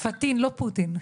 פטין, לא פוטין.